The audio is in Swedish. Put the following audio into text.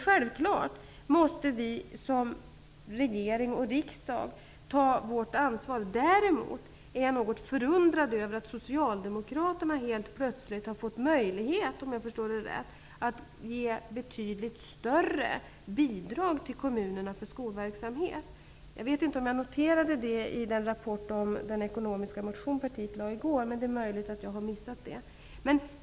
Självfallet måste regeringen och riksdagen ta sitt ansvar. Däremot är jag något förundrad över att socialdemokraterna helt plötsligt har sett det möjligt -- om jag har förstått det hela rätt -- att ge betydligt större bidrag till kommunerna för skolverksamhet. Jag vet inte om jag noterade detta i den ekonomisk-politiska motion som partiet avgav i går, men det är möjligt att jag har missat det.